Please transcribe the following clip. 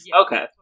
okay